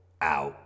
out